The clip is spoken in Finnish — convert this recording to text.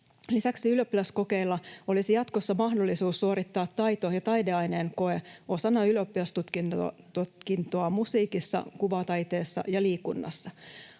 Lisäksi ylioppilaskokeessa olisi jatkossa mahdollisuus suorittaa taito- ja taideaineen koe osana ylioppilastutkintoa musiikissa, kuvataiteessa ja liikunnassa.